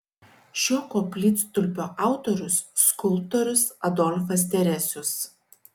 šio koplytstulpio autorius skulptorius adolfas teresius